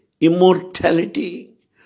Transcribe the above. immortality